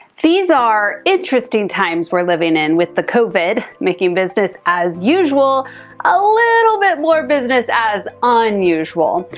these are interesting times we're living in with the covid making business as usual a little bit more business as unusual.